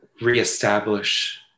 reestablish